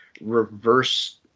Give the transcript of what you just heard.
reverse